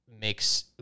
makes